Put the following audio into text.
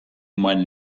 meinen